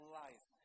life